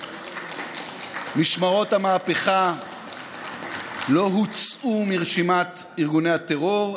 משמרות המהפכה לא הוצאו מרשימת ארגוני הטרור,